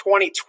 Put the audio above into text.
2020